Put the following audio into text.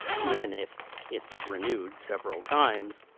even if it's renewed several times,